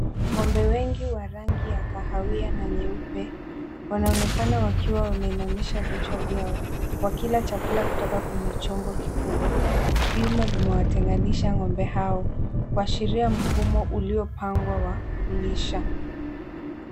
Ng'ombe wengi wa rangi ya kahawia na nyeupe wanaonekana wakiwa wameinamisha vichwa vyao, wakila chakula kutoka kwenye chombo kikubwa. Vyuma vimewatenganisha ng'ombe hao, kuashiria mfumo uliopangwa wa kulisha.